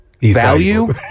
value